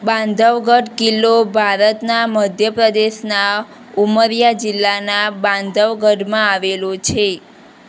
બાંધવગઢ કિલ્લો ભારતના મધ્ય પ્રદેશના ઉમરિયા જિલ્લાના બાંધવગઢમાં આવેલો છે